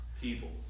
people